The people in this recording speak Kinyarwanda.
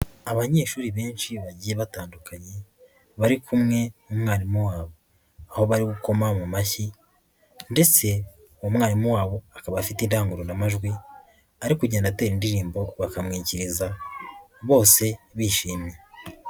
Abanyeshuri benshi bagiye batandukanye, bari kumwe n'umwarimu wabo, aho bari gukoma mu mashyi ndetse umwarimu wabo akaba afite indangururamajwi, ari kugenda atera indirimbo, bakamwikiriza bose bishimye.